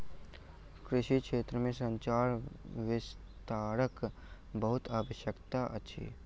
कृषि क्षेत्र में संचार विस्तारक बहुत आवश्यकता अछि